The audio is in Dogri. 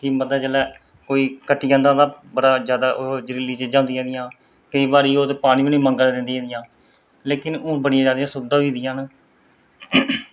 कि बंदा कोई कट्टी जंदा हा ता बड़ी जरीलियां चीजां होंदियां हां केई बारी ओह् पानी बी नी मंगदियां हा लेकिन हून ब़ड़ियां जादा सुविधा होई दियां